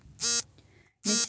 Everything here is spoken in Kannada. ಮಿಶ್ರಬೆಳೆ ವಿಧಗಳಾವುವು?